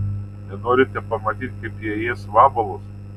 nenorite pamatyti kaip jie ės vabalus